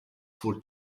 for